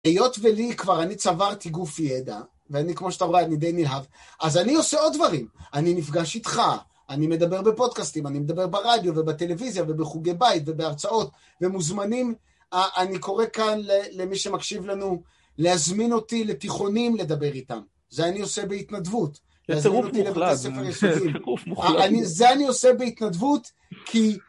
היות ולי כבר, אני צברתי גוף ידע, ואני, כמו שאתה רואה, אני די נלהב. אז אני עושה עוד דברים. אני נפגש איתך, אני מדבר בפודקאסטים, אני מדבר ברדיו ובטלוויזיה ובחוגי בית ובהרצאות, ומוזמנים, אני קורא כאן למי שמקשיב לנו, להזמין אותי לתיכונים לדבר איתם. זה אני עושה בהתנדבות. להזמין אותי לבית הספר הישובי. זה טירוף מוכלל. זה אני עושה בהתנדבות, כי...